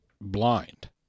blind